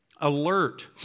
alert